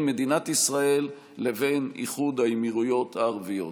מדינת ישראל לבין איחוד האמירויות הערביות.